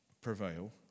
prevail